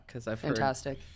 fantastic